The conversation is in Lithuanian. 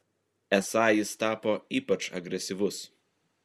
esą jis tapo ypač agresyvus